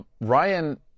Ryan